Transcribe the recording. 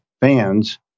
fans